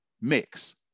mix